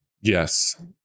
yes